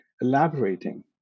elaborating